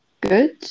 good